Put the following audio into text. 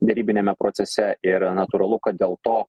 derybiniame procese ir natūralu kad dėl to